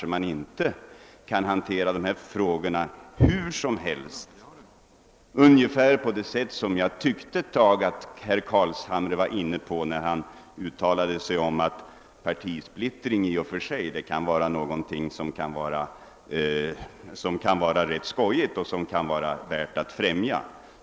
Vi skall inte behandla dem t.ex. ungefär på det sätt som jag tyckte att herr Carlshamre var inne på, när han menade att partisplittring kan i och för sig vara någonting som kan vara ganska skojigt och som kan vara värt att främja.